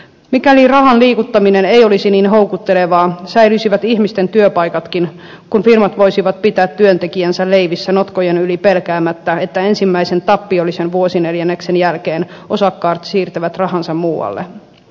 mikäli rahan liikuttaminen ei olisi niin houkuttelevaa säilyisivät ihmisten työpaikatkin kun firmat voisivat pitää työntekijänsä leivissä notkojen yli pelkäämättä että ensimmäisen tappiollisen vuosineljänneksen jälkeen osakkaat siirtävät rahansa muualle